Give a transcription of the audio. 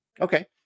Okay